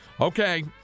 Okay